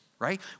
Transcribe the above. Right